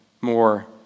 more